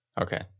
Okay